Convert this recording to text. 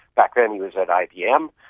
back then he was at ibm,